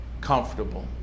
comfortable